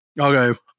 Okay